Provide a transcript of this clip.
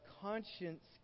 conscience